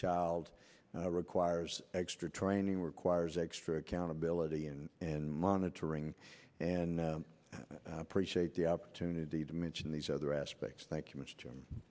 child requires extra training requires extra accountability and and monitoring and appreciate the opportunity to mention these other aspects thank you much